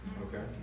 okay